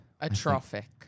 Atrophic